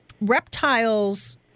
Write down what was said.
reptiles